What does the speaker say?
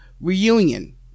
reunion